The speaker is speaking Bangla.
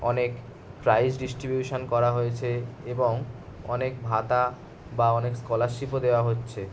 অনেক প্রাইজ ডিস্ট্রিবিউশন করা হয়েছে এবং অনেক ভাতা বা অনেক স্কলারশিপও দেওয়া হচ্ছে